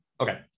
Okay